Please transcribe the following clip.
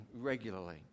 Regularly